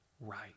right